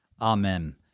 Amen